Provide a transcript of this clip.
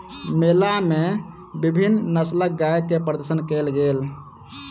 मेला मे विभिन्न नस्लक गाय के प्रदर्शन कयल गेल